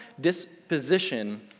disposition